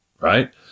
right